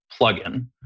plugin